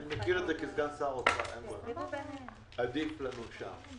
אני מכיר את זה כסגן שר האוצר ואין ברירה עדיף לנו שם.